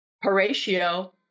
Horatio